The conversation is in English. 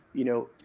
you know,